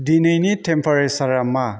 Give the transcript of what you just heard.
दिनैनि टेम्पारेसारआ मा